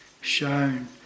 shown